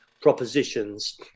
propositions